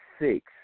six